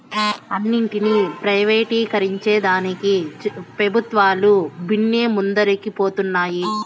అన్నింటినీ ప్రైవేటీకరించేదానికి పెబుత్వాలు బిన్నే ముందరికి పోతన్నాయి